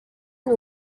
and